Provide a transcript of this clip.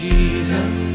Jesus